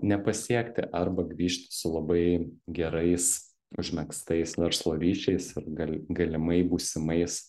nepasiekti arba grįžti su labai gerais užmegztais verslo ryšiais ir gal galimai būsimais